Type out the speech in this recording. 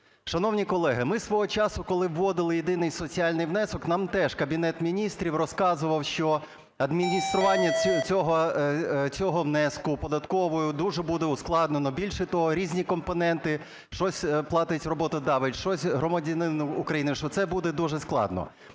Шановні колеги, ми свого часу, коли вводили єдиний соціальний внесок, нам теж Кабінет Міністрів розказував, що адміністрування цього внеску податкового дуже буде ускладнено. Більше того, різні компоненти, щось платить роботодавець, щось громадянин України, що це буде дуже складно,